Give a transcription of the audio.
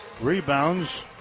Rebounds